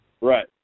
Right